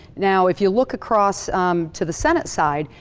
now, if you look across to the senate side,